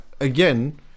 again